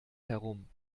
herum